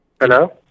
Hello